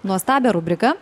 nuostabią rubriką